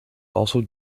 also